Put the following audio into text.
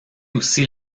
aussi